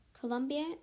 Colombia